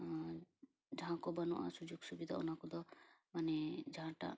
ᱡᱟᱦᱟᱸ ᱠᱚ ᱵᱟᱹᱱᱩᱜᱼᱟ ᱥᱩᱡᱳᱠ ᱥᱩᱵᱤᱫᱟ ᱚᱱᱟ ᱠᱚᱫᱚ ᱢᱟᱱᱮ ᱡᱟᱦᱟᱸ ᱴᱟᱜ